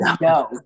No